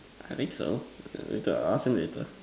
I think so later I ask him later